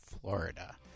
Florida